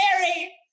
mary